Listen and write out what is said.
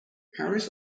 harris